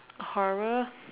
horror